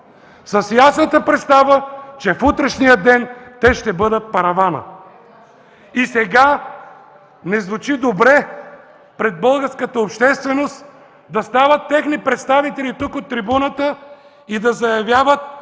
с ясната представа, че в утрешния ден те ще бъдат параванът. И сега не звучи добре пред българската общественост да стават техни представители и тук, от трибуната да заявяват,